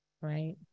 right